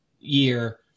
year